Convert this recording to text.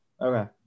Okay